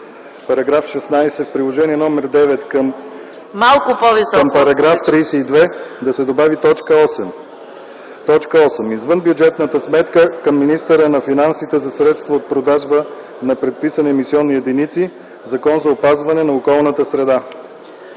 § 16: „§ 16. В Приложение № 9 към § 32 да се добави т. 8: „8. Извънбюджетната сметка към министъра на финансите за средствата от продажбата на предписани емисионни единици – Закон за опазване на околната среда”.”